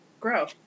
grow